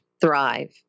thrive